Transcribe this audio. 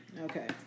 Okay